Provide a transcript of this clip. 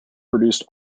produced